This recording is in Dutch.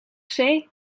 zee